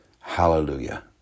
Hallelujah